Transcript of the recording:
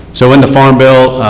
so in the farm bill,